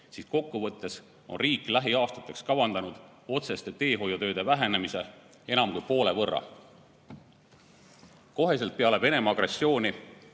siis kokkuvõttes on riik lähiaastateks kavandanud otseste teehoiutööde vähenemist enam kui poole võrra. Kohe peale Venemaa agressiooni